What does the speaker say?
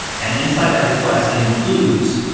and inside that request, it includes,